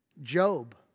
Job